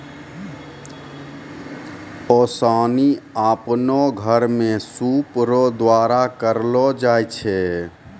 ओसानी आपनो घर मे सूप रो द्वारा करलो जाय छै